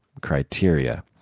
criteria